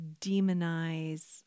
demonize